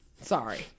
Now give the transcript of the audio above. Sorry